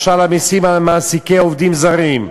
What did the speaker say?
למשל, המסים על מעסיקי עובדים זרים.